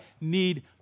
need